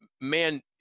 man